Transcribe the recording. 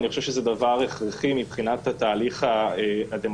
אני חושב שזה דבר הכרחי מבחינת התהליך הדמוקרטי.